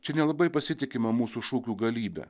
čia nelabai pasitikima mūsų šūkių galybe